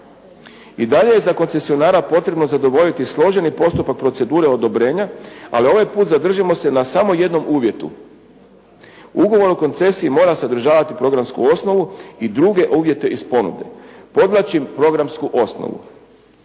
I dalje za koncesionara je potrebno zadovoljiti složeni postupak procedure odobrenja, ali ovaj put zadržimo se na jednom uvjetu. Ugovor o koncesiji mora sadržavati programsku osnovu i druge uvjete iz ponude, pronaći programsku osnovu.